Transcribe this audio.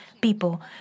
people